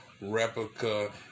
replica